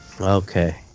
Okay